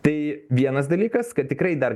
tai vienas dalykas kad tikrai dar